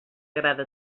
agrada